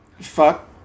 fuck